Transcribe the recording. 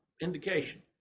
indication